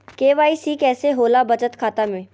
KYC कैसे होला बचत खाता में?